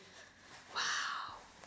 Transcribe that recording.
!wow!